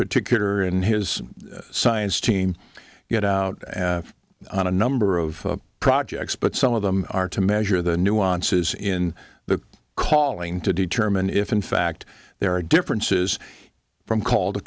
particular and his science team get out on a number of projects but some of them are to measure the nuances in the calling to determine if in fact there are differences from call